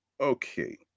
okay